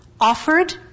offered